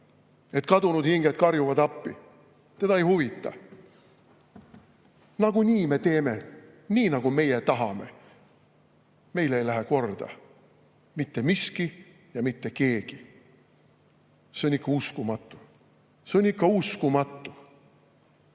et kadunud hinged karjuvad appi. Teda ei huvita. Nagunii me teeme nii, nagu meie tahame. Meile ei lähe korda mitte miski ja mitte keegi. See on ikka uskumatu! See on ikka uskumatu!